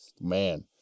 Man